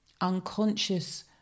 unconscious